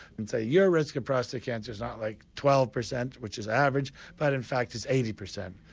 and say your risk of prostate cancer is not like twelve percent which is average, but in fact is eighty percent.